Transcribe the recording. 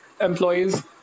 employees